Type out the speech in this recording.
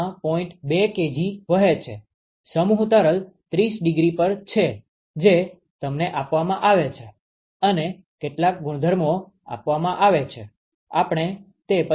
2 કિગ્રા વહે છે સમૂહ તરલ 30 ડિગ્રી પર છે જે તમને આપવામાં આવે છે અને કેટલાક ગુણધર્મો આપવામાં આવે છે આપણે તે પછી જોઈશું